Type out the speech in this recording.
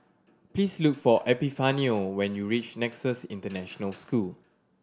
please look for Epifanio when you reach Nexus International School